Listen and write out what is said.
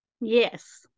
Yes